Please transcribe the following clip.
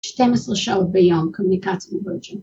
12 שעות ביום, קומוניקציה מובהקת.